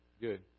good